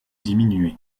diminué